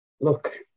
look